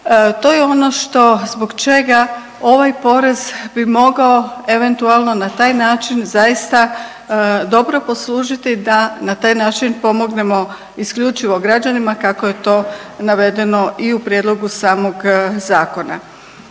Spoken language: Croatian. To je ono što, zbog čega ovaj porez bi mogao eventualno na taj način zaista dobro poslužiti da na taj način pomognemo isključivo građanima kako je to navedeno i u prijedlogu samog zakona.